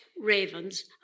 ravens